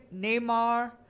Neymar